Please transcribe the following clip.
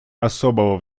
особого